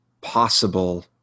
possible